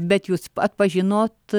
bet jūs atpažinot